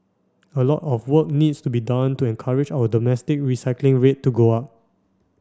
a lot of work needs to be done to encourage our domestic recycling rate to go up